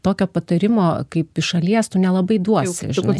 tokio patarimo kaip iš šalies tu nelabai duosi žinai